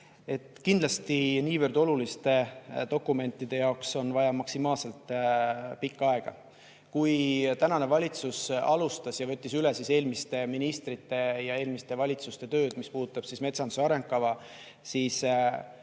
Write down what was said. Kindlasti niivõrd oluliste dokumentide jaoks on vaja maksimaalselt pikka aega. Kui praegune valitsus alustas ja võttis üle eelmiste ministrite ja eelmiste valitsuste tööd, mis puudutab metsanduse arengukava, siis